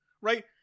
right